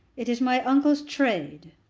it is my uncle's trade.